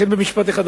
משפט אחד,